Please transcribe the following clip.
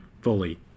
fully